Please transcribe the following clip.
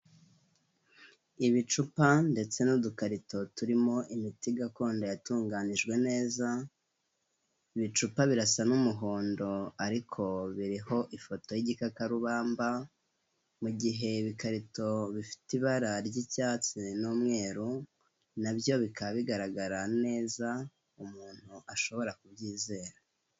Ibicupa ndetse n'udukarito turimo imiti gakondo yatunganijwe neza, ibicupa birasa n'umuhondo ariko biriho ifoto y'igikakarubamba, mu gihe ibikarito bifite ibara ry'icyatsi n'umweru, na byo bikaba bigaragara neza, umuntu ashobora kubyizera.